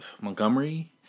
Montgomery